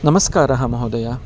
नमस्कारः महोदय